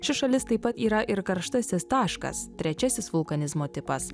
ši šalis taip pat yra ir karštasis taškas trečiasis vulkanizmo tipas